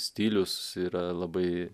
stilius yra labai